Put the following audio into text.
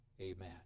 Amen